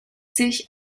sich